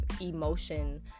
emotion